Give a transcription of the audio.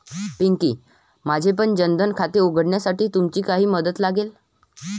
पिंकी, माझेपण जन धन खाते उघडण्यासाठी तुमची काही मदत लागेल